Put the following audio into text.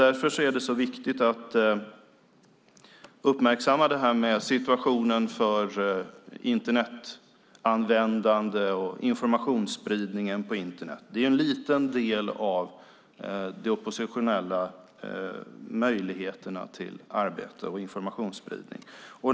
Därför är det så viktigt att uppmärksamma situationen för Internetanvändande och informationsspridningen på Internet. De är en liten del av oppositionens möjligheter att arbeta och sprida information.